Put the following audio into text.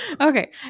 Okay